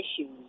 issues